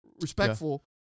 respectful